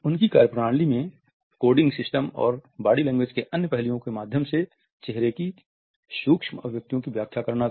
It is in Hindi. उनकी कार्यप्रणाली में कोडिंग सिस्टम और बॉडी लैंग्वेज के अन्य पहलुओं के माध्यम से चेहरे की सूक्ष्म अभिव्यक्तियों की व्याख्या करना था